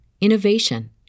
innovation